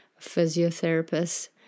physiotherapist